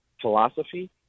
philosophy